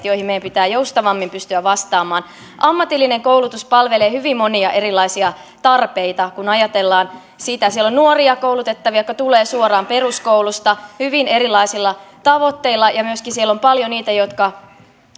joihin meidän pitää joustavammin pystyä vastaamaan ammatillinen koulutus palvelee hyvin monia erilaisia tarpeita kun ajatellaan että siellä on nuoria koulutettavia jotka tulevat suoraan peruskoulusta hyvin erilaisilla tavoitteilla ja myöskin siellä on paljon niitä